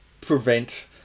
prevent